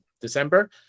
December